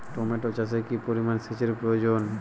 Tomato চাষে কি পরিমান সেচের প্রয়োজন?